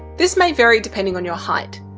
this may vary depending on your height.